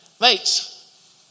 mates